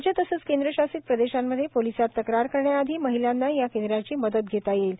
राज्य तसंच केंद्रशासित प्रदेशांमधे पोलिसांत तक्रार करण्याआधी महिलांना या केंद्राची मदत घेता येईल